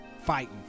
fighting